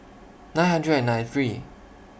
nine hundred and ninety three